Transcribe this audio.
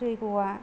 जय्ग'आ